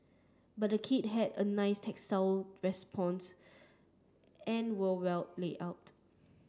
but the key have a nice tactile response and were well laid out